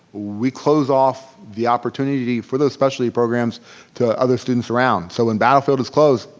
we close off the opportunity for those specialty programs to other students around. so when battlefield is closed,